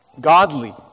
godly